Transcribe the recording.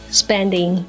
spending